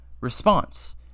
response